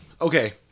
Okay